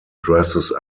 dresses